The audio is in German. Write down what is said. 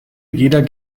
jeder